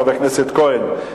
חבר הכנסת כהן,